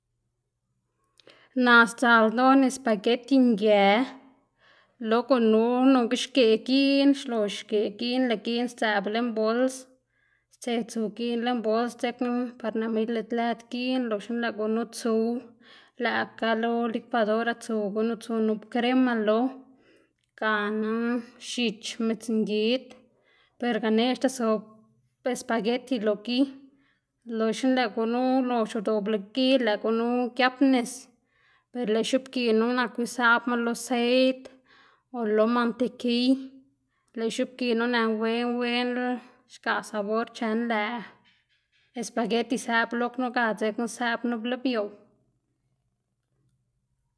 naꞌ sdzaꞌl ldoná espagueti ngë lo gunu nonga xgeꞌ giꞌn, xlox xgeꞌ giꞌn lëꞌ giꞌn sdzëꞌb lën bols, stse tsu giꞌn lën bols dzekna par nëꞌma ilit lëd giꞌn loxna lëꞌ gunu tsuꞌw lëꞌkga lo licuadora tsuw gunu tsu nup crema lo gana x̱ich, midzngid per ganeꞌc̲h̲da zob espagueti lo gi loxna lëꞌ gunu ulox udoꞌb lo gi lëꞌ gunu giab nis per lëꞌ x̱ubgiꞌnu naku isaꞌbma lo seit o lo mantekiy lëꞌ x̱ubgiꞌnu nën wen wenla xgaꞌ sabor chen lëꞌ espagueti sëꞌb lo knu ga dzekna sëꞌb nup libioꞌw.